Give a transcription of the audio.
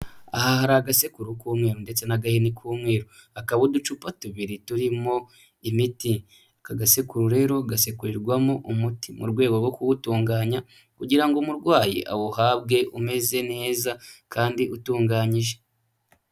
Aha hari agasekuru k'umweru ndetse n'agahini k'umweru, hakaba uducupa tubiri turimo imiti. Aka gasekuru rero gasekurirwamo umuti mu rwego rwo kuwutunganya kugira ngo umurwayi awuhabwe umeze neza kandi utunganyije.